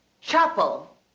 chapel